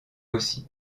aussi